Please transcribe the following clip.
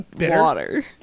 water